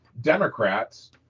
Democrats